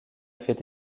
fait